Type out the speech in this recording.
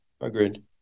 Agreed